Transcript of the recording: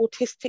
Autistic